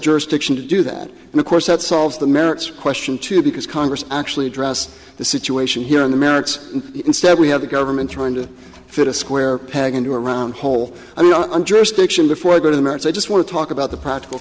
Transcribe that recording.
jurisdiction to do that and of course that solves the merits question too because congress actually address the situation here on the merits and instead we have a government trying to fit a square peg into a round hole i'm not under a station before i go to the merits i just want to talk about the practical